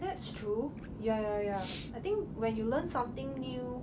that's true yeah yeah yeah I think when you learn something new